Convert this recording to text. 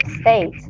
state